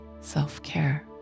self-care